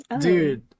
Dude